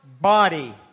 body